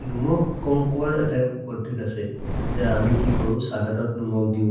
नुमक् कम् कुअर् अत पद्धिक् असे ज अमि कि करो सलदत् नुमक् दिउ